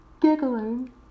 Giggling